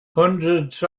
hundreds